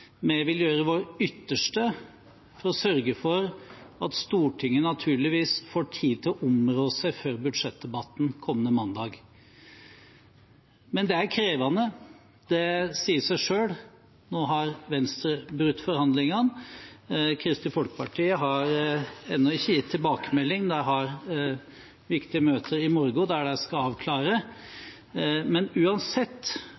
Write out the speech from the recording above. vi vil gjøre vårt ytterste for å sørge for at Stortinget naturligvis får tid til å områ seg før budsjettdebatten kommende mandag. Men det er krevende, det sier seg selv. Nå har Venstre brutt forhandlingene. Kristelig Folkeparti har ennå ikke gitt tilbakemelding, de har viktige møter i morgen der de skal